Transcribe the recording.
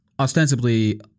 ostensibly